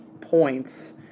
points